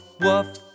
woof